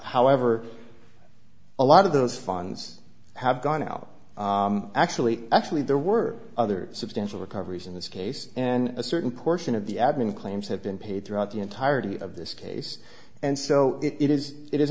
however a lot of those funds have gone out actually actually there were other substantial recoveries in this case and a certain portion of the admin claims have been paid throughout the entirety of this case and so it is it is